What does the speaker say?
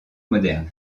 moderne